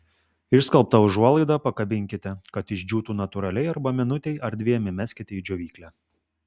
išskalbtą užuolaidą pakabinkite kad išdžiūtų natūraliai arba minutei ar dviem įmeskite į džiovyklę